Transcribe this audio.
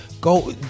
go